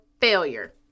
failure